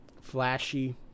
flashy